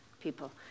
people